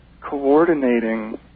coordinating